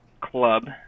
club